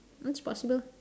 it's possible